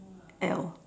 Elle